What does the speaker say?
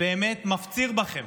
מפציר בכם,